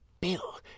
Bill